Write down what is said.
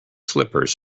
slippers